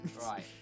right